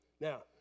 now